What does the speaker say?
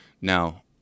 Now